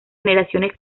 generaciones